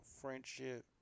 friendship